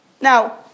Now